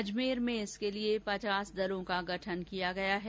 अजमेर में इसके लिए पचास दलों का गठन किया गया है